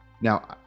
now